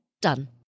Done